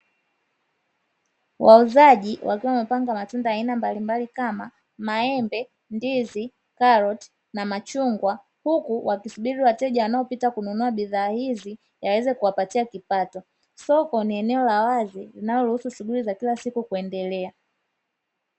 Wauzaji wakiwa wamepanga matunda ya aina mbalimbali kama maembe, ndizi, karoti na machungwa; huku wakisubiri wateja wanaopita kununua bidhaa hizi ili yaweze kuwapatia kipato. Soko ni eneo la wazi linaloruhusu shughuli za kila siku kuendelea.